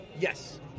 Yes